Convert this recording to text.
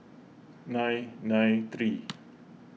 nine nine three